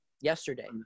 Yesterday